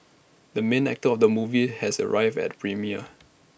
the main actor of the movie has arrived at premiere